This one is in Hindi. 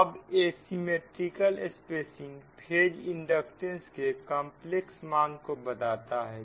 अब एसिमिट्रिकल स्पेसिंग फेज इंडक्टेंस के कंपलेक्स मान को बताता है